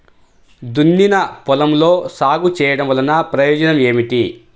దున్నిన పొలంలో సాగు చేయడం వల్ల ప్రయోజనం ఏమిటి?